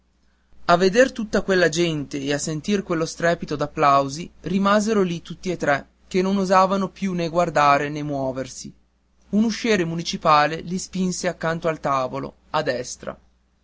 a veder tutta quella gente e a sentir quello strepito d'applausi rimasero lì tutti e tre che non osavano più né guardare né muoversi un usciere municipale li spinse accanto al tavolo a destra